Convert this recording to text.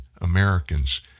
Americans